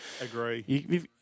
Agree